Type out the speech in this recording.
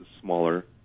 smaller